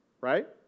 Right